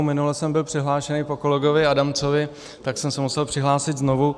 Minule jsem byl přihlášen po kolegovi Adamcovi, tak jsem se musel přihlásit znovu.